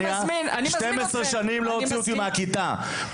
12 שנים לא הוציאו אותי מהכיתה,